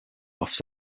off